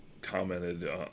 commented